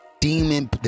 demon